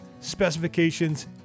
specifications